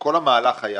כל המהלך היה